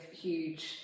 huge